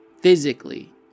physically